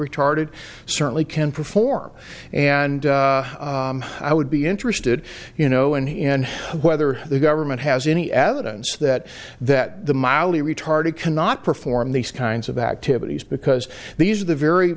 retarded certainly can perform and i would be interested you know and in whether the government has any add ons that that the mildly retarded cannot perform these kinds of activities because these are the very